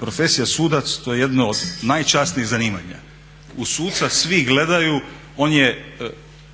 profesija sudac to je jedno od najčasnijih zanimanja. U suca svi gledaju, on je